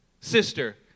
sister